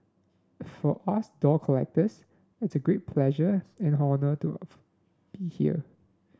for us doll collectors it's a great pleasure and honour to be here